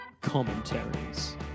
Commentaries